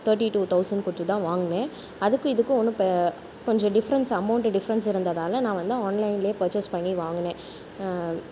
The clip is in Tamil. தேர்ட்டி டூ தொளசண்ட் கொடுத்து தான் வாங்கினேன் அதுக்கும் இதுக்கும் ஒன்றும் கொஞ்சம் டிஃபரண்ட்ஸ் அமௌன்ட் டிஃபரென்ட்ஸ் இருந்ததால் நான் வந்து ஆன்லைன்லையே பர்சேஸ் பண்ணி வாங்கினேன்